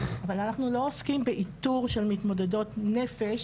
אבל אנחנו לא עוסקים באיתור של מתמודדות נפש